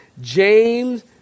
James